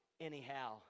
anyhow